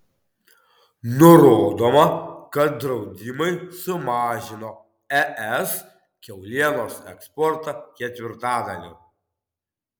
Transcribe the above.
nurodoma kad draudimai sumažino es kiaulienos eksportą ketvirtadaliu